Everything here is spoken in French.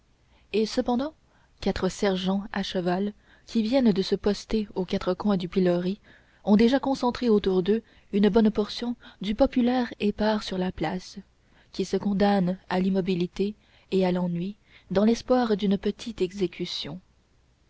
et cependant quatre sergents à cheval qui viennent de se poster aux quatre côtés du pilori ont déjà concentré autour d'eux une bonne portion du populaire épars sur la place qui se condamne à l'immobilité et à l'ennui dans l'espoir d'une petite exécution